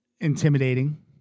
intimidating